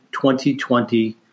2020